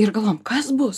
ir galvojom kas bus